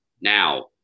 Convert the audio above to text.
now